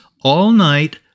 all-night